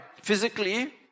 Physically